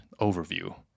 overview